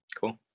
cool